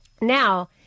Now